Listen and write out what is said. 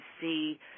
see